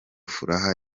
furaha